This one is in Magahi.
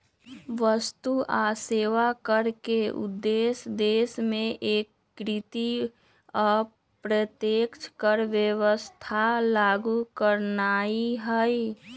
वस्तु आऽ सेवा कर के उद्देश्य देश में एकीकृत अप्रत्यक्ष कर व्यवस्था लागू करनाइ हइ